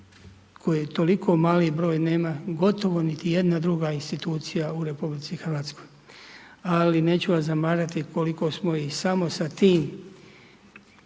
je toliko mali broj, nema gotovo niti jedna druga institucija u RH. Ali neću vas zamarati koliko smo i samo sa tim